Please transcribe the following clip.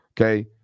okay